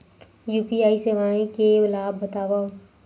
UPI सेवाएं के लाभ बतावव?